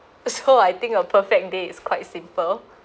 that's how I think a perfect day is quite simple